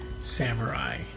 samurai